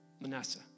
Manasseh